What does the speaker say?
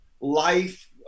life